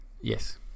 yes